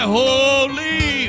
holy